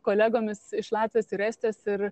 kolegomis iš latvijos ir estijos ir